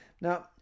Now